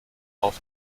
auf